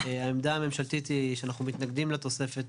העמדה הממשלתית היא שאנחנו מתנגדים לתוספת